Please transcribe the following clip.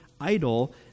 idol